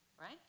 right